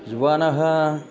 युवानः